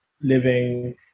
living